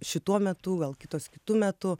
šituo metu gal kitos kitu metu